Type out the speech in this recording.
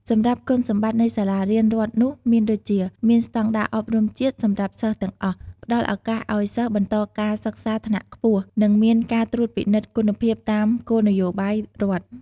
សម្រាប់គុណសម្បត្តិនៃសាលារៀនរដ្ឋនោះមានដូចជា មានស្តង់ដារអប់រំជាតិសម្រាប់សិស្សទាំងអស់ ផ្ដល់ឱកាសឲ្យសិស្សបន្តការសិក្សាថ្នាក់ខ្ពស់ និងមានការត្រួតពិនិត្យគុណភាពតាមគោលនយោបាយរដ្ឋ។